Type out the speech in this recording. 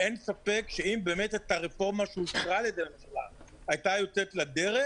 ואין ספק שאם באמת הרפורמה שאושרה על ידי הממשלה היתה יוצאת לדרך,